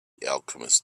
alchemist